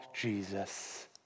Jesus